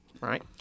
right